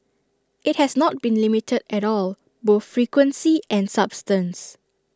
IT has not been limited at all both frequency and substance